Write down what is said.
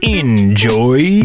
enjoy